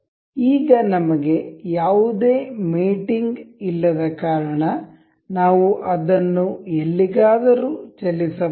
ಈಗ ನಮಗೆ ಯಾವುದೇ ಮೇಟಿಂಗ್ ಇಲ್ಲದ ಕಾರಣ ನಾವು ಅದನ್ನು ಎಲ್ಲಿಗಾದರೂ ಚಲಿಸಬಹುದು